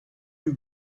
you